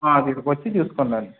మీరు వచ్చి తీసుకోండి